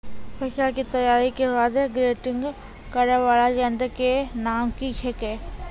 फसल के तैयारी के बाद ग्रेडिंग करै वाला यंत्र के नाम की छेकै?